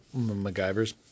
MacGyver's